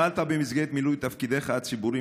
פעלת במסגרת מילוי תפקידיך הציבוריים,